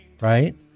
right